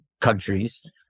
countries